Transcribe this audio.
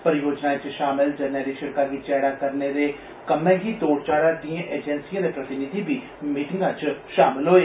परियोजनाएं च षामल जरनैली सड़का गी चैड़ा करने दे कम्मै गी तोड़ चाढ़ा र दिए एजेंसिएं दे प्रतिनिधि बी मीटिंगाच षामल होए